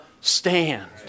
stand